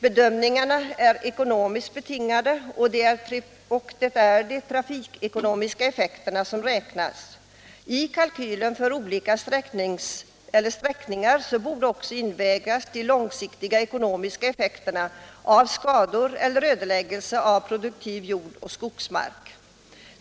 Bedömningarna är ekonomiskt betingade, och det är de trafikekonomiska effekterna som räknas. I kalkylen för olika sträckningar borde också invägas de långsiktiga ekonomiska effekterna av skador på eller ödeläggelse av produktiv jordoch skogsmark.